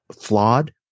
flawed